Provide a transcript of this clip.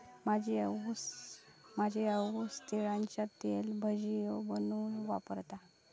माझी आऊस तिळाचा तेल भजियो बनवूक वापरता